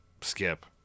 skip